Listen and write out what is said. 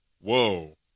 whoa